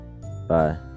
Bye